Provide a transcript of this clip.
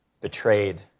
betrayed